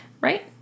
right